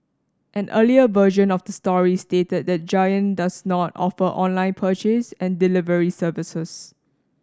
an earlier version of the story stated that Giant does not offer online purchase and delivery services